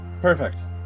Perfect